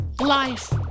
Life